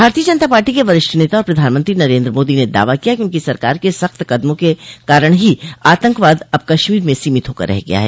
भारतीय जनता पार्टी के वरिष्ठ नेता और प्रधानमंत्री नरेन्द्र मोदी ने दावा किया कि उनकी सरकार के सख्त कदमों के कारण ही आतंकवाद अब कश्मीर में सीमित होकर रह गया है